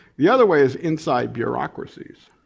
the other way is inside bureaucracies.